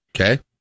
okay